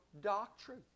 doctrine